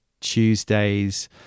Tuesdays